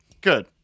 Good